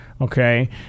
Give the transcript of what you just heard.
okay